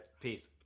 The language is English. Peace